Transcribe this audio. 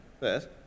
Yes